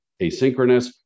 asynchronous